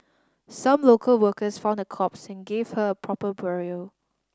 some local workers found her corpse and gave her a proper burial